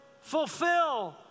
Fulfill